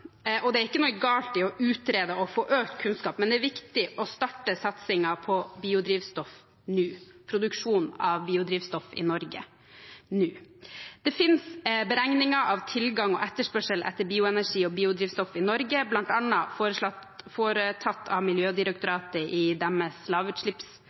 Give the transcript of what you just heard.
og det er ikke noe galt i å utrede og få økt kunnskap, men det er viktig å starte satsingen på produksjon av biodrivstoff i Norge nå. Det finnes beregninger av tilgang på og etterspørsel etter bioenergi og biodrivstoff i Norge, bl.a. foretatt av